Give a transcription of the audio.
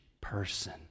person